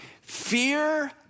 Fear